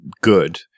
good